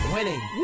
Winning